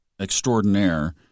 extraordinaire